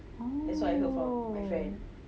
oh